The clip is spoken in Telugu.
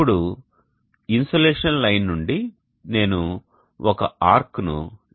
ఇప్పుడు ఇన్సోలేషన్ లైన్ నుండి నేను ఒక ఆర్క్ను ఇలా గీశాను